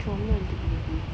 comel tu baby